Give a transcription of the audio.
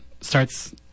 Starts